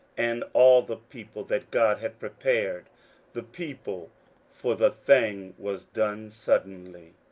and all the people, that god had prepared the people for the thing was done suddenly.